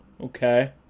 okay